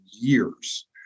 years